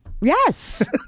Yes